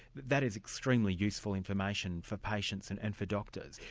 that is extremely useful information for patients and and for doctors.